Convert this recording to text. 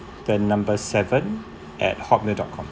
the number seven at hotmail dot com